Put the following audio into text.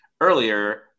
earlier